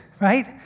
right